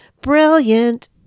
Brilliant